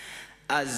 דמוקרטיה.